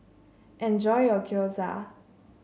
enjoy your Gyoza